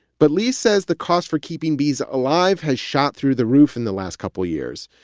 but lee says the cost for keeping bees alive has shot through the roof in the last couple of years.